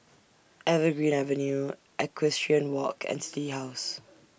Evergreen Avenue Equestrian Walk and City House